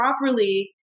properly